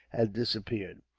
had disappeared.